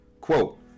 Quote